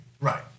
Right